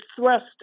thrust